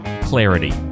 clarity